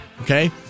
Okay